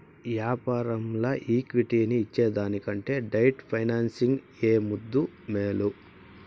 యాపారంల ఈక్విటీని ఇచ్చేదానికంటే డెట్ ఫైనాన్సింగ్ ఏ ముద్దూ, మేలు